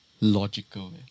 Logical